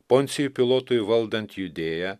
poncijui pilotui valdant judėją